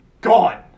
gone